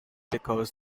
because